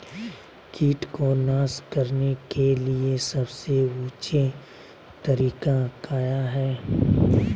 किट को नास करने के लिए सबसे ऊंचे तरीका काया है?